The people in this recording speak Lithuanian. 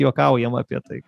juokaujama apie tai